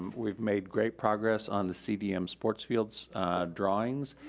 we've made great progress on the cdm sports fields drawings.